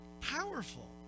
Powerful